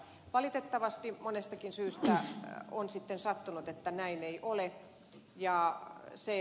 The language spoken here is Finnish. valitettavasti monestakin syystä on sitten sattunut että näin ei ole